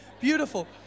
beautiful